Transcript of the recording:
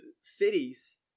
cities